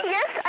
Yes